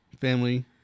family